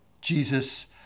Jesus